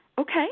Okay